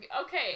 okay